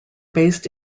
based